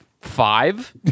Five